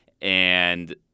And-